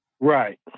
Right